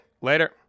Later